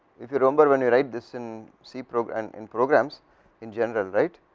if you remember when you write this in c program, in programs in general right,